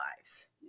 lives